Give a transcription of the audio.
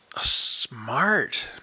Smart